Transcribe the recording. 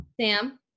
Sam